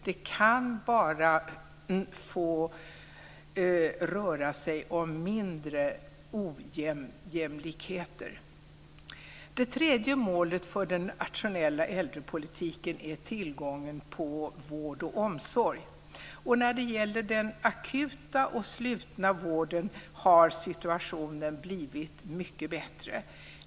Det kan bara få röra sig om mindre ojämlikheter. Det tredje målet för den nationella äldrepolitiken är tillgången till vård och omsorg. När det gäller den akuta och slutna vården har situationen blivit mycket bättre.